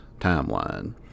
timeline